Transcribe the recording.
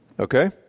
Okay